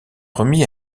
remis